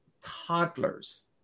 toddlers